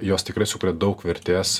jos tikrai sukuria daug vertės